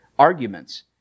arguments